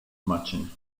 marching